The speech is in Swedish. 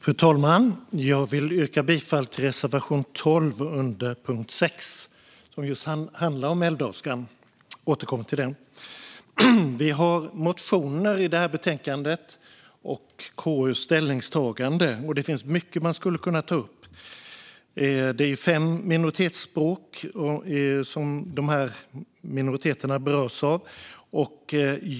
Fru talman! Jag yrkar bifall till reservation 12 under punkt 6, som handlar om älvdalskan. Jag återkommer till den. I det här betänkandet finns det mycket man skulle kunna ta upp, som de motioner vi har och KU:s ställningstagande. Det är fem minoritetsspråk som de här minoriteterna berörs av.